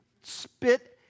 Spit